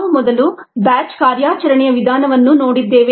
ನಾವು ಮೊದಲು ಬ್ಯಾಚ್ ಕಾರ್ಯಾಚರಣೆಯ ವಿಧಾನವನ್ನು ನೋಡಿದ್ದೇವೆ